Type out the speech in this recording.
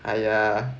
I yeah